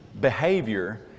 behavior